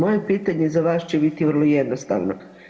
Moje pitanje za vas će biti vrlo jednostavno.